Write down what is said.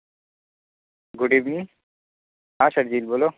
good evening ہاں سرجیت بولو